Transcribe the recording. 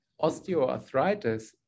osteoarthritis